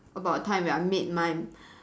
about a time when I made my